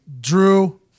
Drew